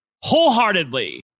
wholeheartedly